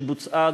שבוצעה,